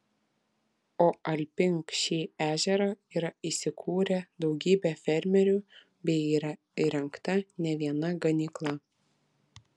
o alpink šį ežerą yra įsikūrę daugybę fermerių bei yra įrengta ne viena ganykla